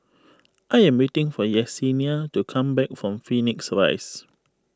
I am waiting for Yesenia to come back from Phoenix Rise